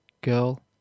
girl